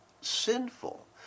sinful